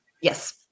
Yes